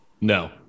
No